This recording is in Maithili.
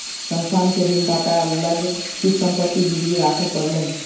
संस्थान के ऋणदाता लग किछ संपत्ति गिरवी राखअ पड़लैन